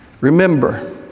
Remember